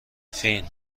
فین